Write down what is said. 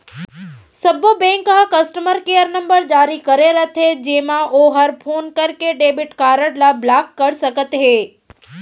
सब्बो बेंक ह customer care number जारी करे रथे जेमा ओहर फोन करके डेबिट कारड ल ब्लाक कर सकत हे